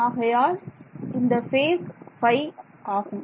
ஆகையால் இந்த ஃபேஸ் ϕ